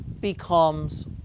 becomes